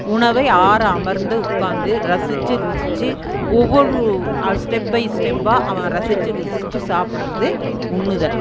உணவை ஆற அமர்ந்து உட்காந்து ரசிச்சு ருசிச்சு ஒவ்வொரு அ ஸ்டெப் பை ஸ்டெப்பாக அவன் ரசிச்சு ருசிச்சு சாப்பிடுறது உண்ணுதல்